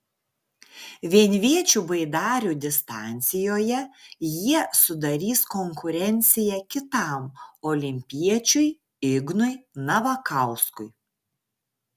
vienviečių baidarių distancijoje jie sudarys konkurenciją kitam olimpiečiui ignui navakauskui